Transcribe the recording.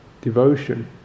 devotion